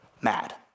mad